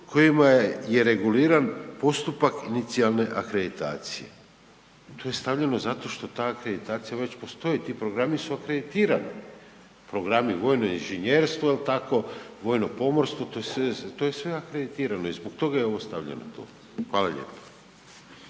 kojima je reguliran postupak inicijalne akreditacije. To je stavljeno zato što ta akreditacija već postoji, ti programi su akreditirani, programi vojno inženjerstvo, jel tako, vojno pomorstvo, to je sve, to je sve akreditirano i zbog toga je ovo stavljeno tu. Hvala lijepo.